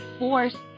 force